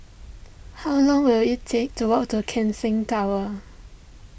how long will it take to walk to Keck Seng Tower